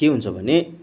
के हुन्छ भने